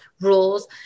rules